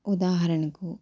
ఉదాహరణకు